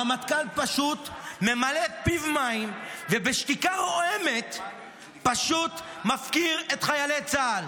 הרמטכ"ל פשוט ממלא פיו מים ובשתיקה רועמת פשוט מפקיר את חיילי צה"ל.